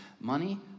Money